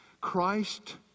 Christ